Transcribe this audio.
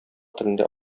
телендә